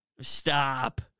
Stop